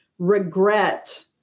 regret